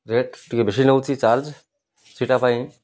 rate ଟିକେ ବେଶୀ ନେଉଛି ଚାର୍ଜ୍ ସେଇଟା ପାଇଁ